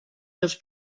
los